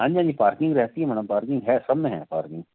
हाँ जी हाँ जी पार्किंग रहती है मैडम पार्किंग है सब में है पार्किंग